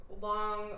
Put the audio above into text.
Long